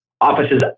offices